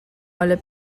olha